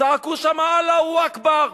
צעקו שם "אללה אכבר".